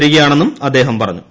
വരികയാണെന്നും അദ്ദേഹം പറഞ്ഞു